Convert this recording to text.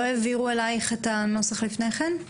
לא העבירו אלייך את הנוסח לפני כן?